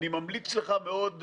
אני ממליץ לך מאוד,